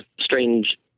strange